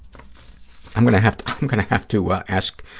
i'm going to have to, i'm going to have to ask,